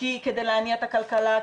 כדי להניע את הכלכלה,